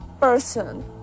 person